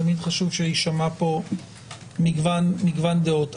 תמיד חשוב שיישמעו פה מגוון דעות.